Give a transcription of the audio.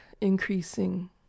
increasing